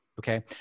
okay